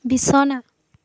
বিছনা